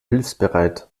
hilfsbereit